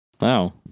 Wow